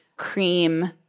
cream